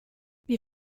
wir